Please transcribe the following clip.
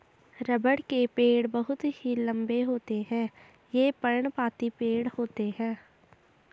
रबड़ के पेड़ बहुत ही लंबे होते हैं ये पर्णपाती पेड़ होते है